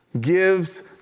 gives